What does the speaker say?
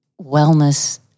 wellness